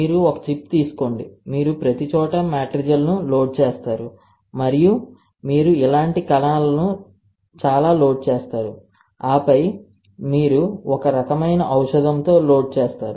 మీరు ఒక చిప్ తీసుకోండి మీరు ప్రతిచోటా మాట్రిజెల్ను లోడ్ చేస్తారు మరియు మీరు ఇలాంటి కణాలను చాలా లోడ్ చేస్తారు ఆపై మీరు ఒక రకమైన ఔషధంతో లోడ్ చేస్తారు